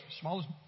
smallest